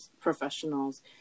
professionals